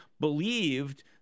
believed